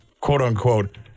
quote-unquote